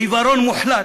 עיוורון מוחלט,